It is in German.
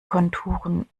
konturen